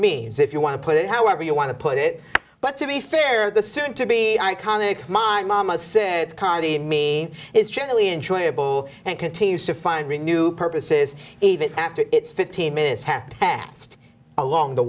means if you want to put it however you want to put it but to be fair the soon to be iconic mine mama said comedy me is generally enjoyable and continues to find new purposes even after its fifteen minutes have passed along the